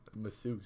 masseuse